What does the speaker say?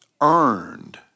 earned